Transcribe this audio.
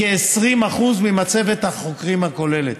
כ-20% מהמצבת החוקרים הכוללת.